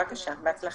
בבקשה, בהצלחה.